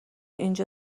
اینجا